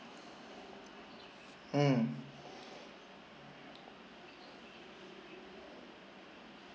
mm